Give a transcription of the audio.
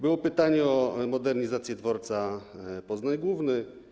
Było pytanie o modernizację dworca Poznań Główny.